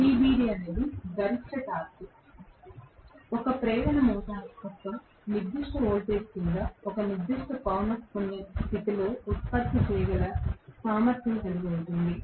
TBD అనేది గరిష్ట torque ఒక ప్రేరణ మోటారు ఒక నిర్దిష్ట వోల్టేజ్ కింద ఒక నిర్దిష్ట పౌనః పున్య స్థితిలో ఉత్పత్తి చేయగల సామర్థ్యం కలిగి ఉంటుంది